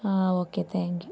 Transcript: ആ okay thank you